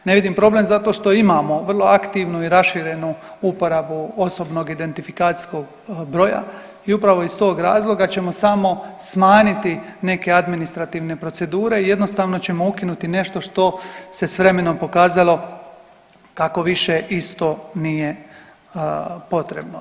Ne vidim problem zato što imamo vrlo aktivnu i raširenu uporabu osobnog identifikacijskog broja i upravo iz tog razloga ćemo samo smanjiti neke administrativne procedure i jednostavno ćemo ukinuti nešto što se vremenom pokazalo kako više isto nije potrebno.